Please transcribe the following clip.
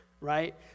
right